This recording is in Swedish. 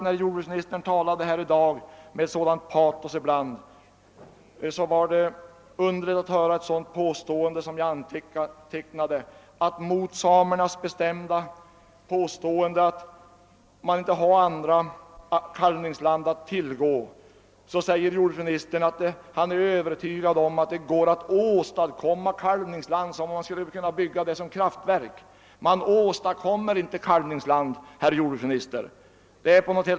När jordbruksministern i dag talade med sådant patos var det underligt att höra honom säga — mot samernas bestämda påstående att man inte har andra kalvningsland att tillgå — att han är övertygad om att det går att »åstadkomma« kalvningsland — precis som om det vore fråga om att bygga kraftverk! Man >åstadkommer» <:inte kalvningsland, herr jordbruksminister!